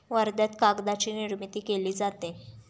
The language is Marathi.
वर्ध्यात कागदाची निर्मिती केली जाते